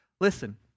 listen